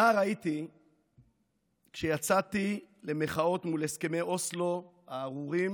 נער הייתי כשיצאתי למחאות מול הסכמי אוסלו הארורים